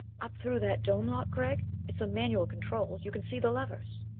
up through that dome lock, gregg? it's a manual control you can see the levers.